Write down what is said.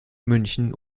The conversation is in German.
münchen